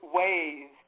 ways